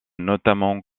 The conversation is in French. notamment